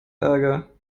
ärger